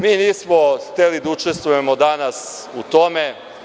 Mi nismo hteli da učestvujemo danas u tome.